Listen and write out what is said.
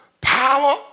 power